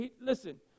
Listen